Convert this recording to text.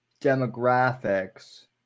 Demographics